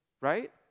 right